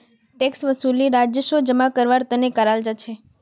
tax वसूली राजस्व जमा करवार तने कराल जा छे